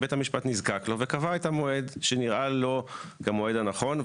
בית המשפט נזקק לו וקבע את המועד שנראה לו כמועד הנכון.